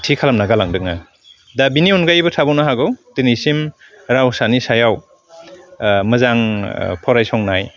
थि खालामना गालांदोङो दा बिनि अनगायैबो थाबावनो हागौ दिनैसिम रावसानि सायाव मोजां फरायसंनाय